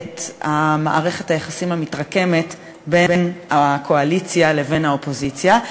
מערכת היחסים המתרקמת בין הקואליציה לבין האופוזיציה.